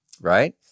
right